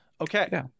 Okay